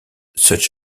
such